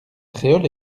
créole